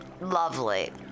Lovely